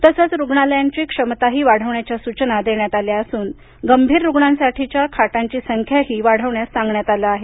तसंच रुग्णालयांची क्षमताही वाढवण्याच्या सूचना देण्यात आल्या असून गंभीर रुग्णांसाठीच्या खाटांची संख्याही वाढवण्यास सांगण्यात आले आहे